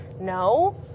No